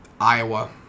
Iowa